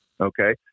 okay